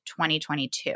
2022